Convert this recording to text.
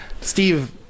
Steve